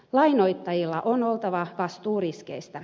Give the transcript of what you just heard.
lainoittajilla on oltava vastuu riskeistä